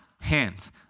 hands